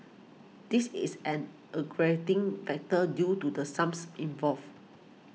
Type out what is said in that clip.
this is an aggravating factor due to the sums involved